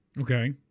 okay